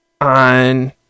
on